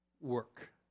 work